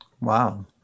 Wow